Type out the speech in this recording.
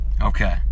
Okay